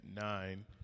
nine